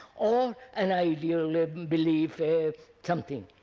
or an ideal, a and belief, a something.